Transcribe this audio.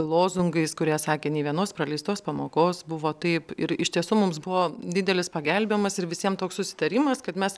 lozungais kurie sakė nei vienos praleistos pamokos buvo taip ir iš tiesų mums buvo didelis pagelbėjimas ir visiem toks susitarimas kad mes